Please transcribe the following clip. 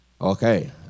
Okay